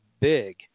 big